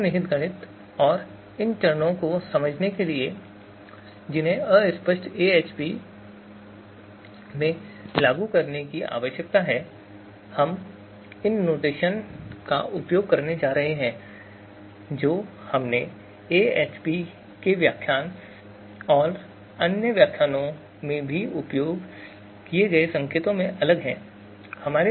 अंतर्निहित गणित और इन चरणों को समझने के लिए जिन्हें अस्पष्ट एएचपी में लागू करने की आवश्यकता है हम इन नोटेशन का उपयोग कर रहे हैं जो हमने एएचपी के व्याख्यान में और अन्य व्याख्यानों में भी उपयोग किए गए संकेतों से अलग हैं